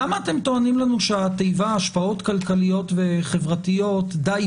למה אתם טוענים שהתיבה "השפעות כלכליות וחברתיות" די